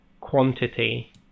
quantity